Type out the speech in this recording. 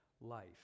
life